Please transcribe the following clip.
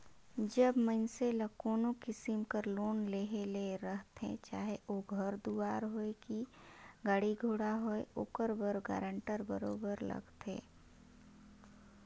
जब मइनसे ल कोनो किसिम कर लोन लेहे ले रहथे चाहे ओ घर दुवार होए कि गाड़ी घोड़ा होए ओकर बर गारंटर बरोबेर लागथे